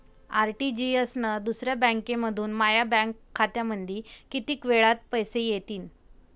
RTGS न दुसऱ्या बँकेमंधून माया बँक खात्यामंधी कितीक वेळातं पैसे येतीनं?